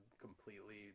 completely